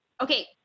Okay